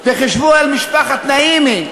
וחשבו על משפחת נעימי,